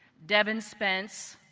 devin spence,